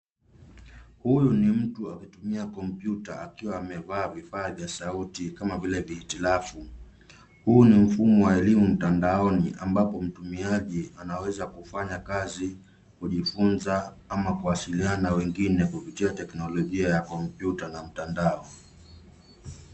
Huyu ni mtu akitumia kompyuta akiwa amevaa vifaa vya sauti kama vile vihitilafu. Huu ni mfumo wa elimu mtandaoni ambapo mtumiaji anaweza kufanya kazi, kujifunza ama kuwasiliana na wengine kupitia teknolojia ya kompyuta na mtandao.